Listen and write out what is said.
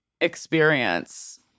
experience